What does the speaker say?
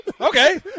Okay